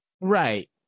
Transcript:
Right